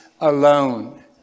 alone